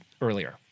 earlier